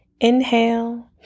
inhale